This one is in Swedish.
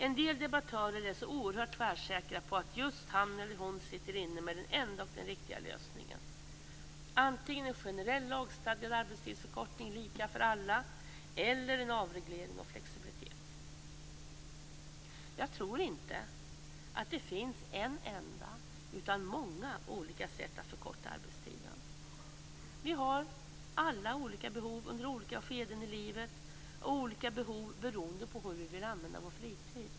En del debattörer är så oerhört tvärsäkra på att just han eller hon sitter inne med den enda och den riktiga lösningen, antingen en generell lagstadgad arbetstidsförkortning lika för alla eller en avreglering och flexibilitet. Jag tror inte att det finns en enda utan många olika sätt att förkorta arbetstiden. Vi har alla olika behov under olika skeden i livet och olika behov beroende på hur vi vill använda vår fritid.